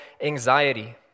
anxiety